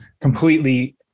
completely